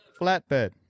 Flatbed